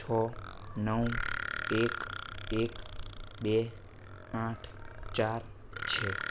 છ નવ એક એક બે આઠ ચાર છે